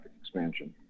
expansion